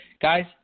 guys